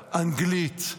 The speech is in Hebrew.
אנגלית,